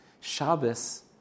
Shabbos